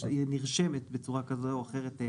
היא נרשמת בצורה כזאת או אחרת.